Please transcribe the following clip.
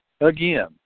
again